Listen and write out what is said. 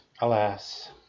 alas